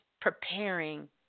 preparing